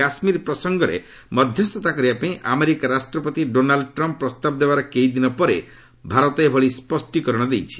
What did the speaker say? କାଶୁୀର ପ୍ରସଙ୍ଗରେ ମଧ୍ୟସ୍ତା କରିବାପାଇଁ ଆମେରିକା ରାଷ୍ଟ୍ରପତି ଡୋନାଲ୍ଡ୍ ଟ୍ରମ୍ପ୍ ପ୍ରସ୍ତାବ ଦେବାର କେଇଦିନ ପରେ ଭାରତ ଏଭଳି ସ୍ୱଷ୍ଠୀକରଣ ଦେଇଛି